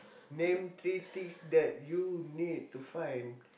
name three things that you need to find